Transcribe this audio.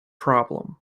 problem